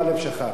גאלב שכח,